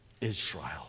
Israel